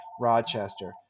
Rochester